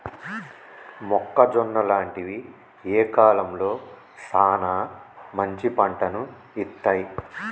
మొక్కజొన్న లాంటివి ఏ కాలంలో సానా మంచి పంటను ఇత్తయ్?